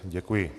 Děkuji.